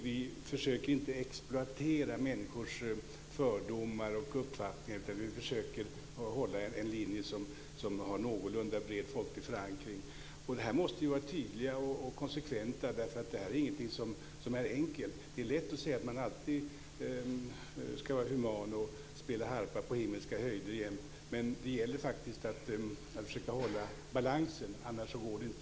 Vi försöker inte exploatera människors fördomar och uppfattningar, utan vi försöker hålla en linje som har en någorlunda bred folklig förankring. I detta sammanhang måste vi vara tydliga och konsekventa, eftersom detta inte är enkelt. Det är lätt att säga att man alltid ska vara human och spela harpa på himmelska höjder. Men det gäller faktiskt att försöka hålla balansen, annars går det inte.